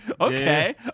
Okay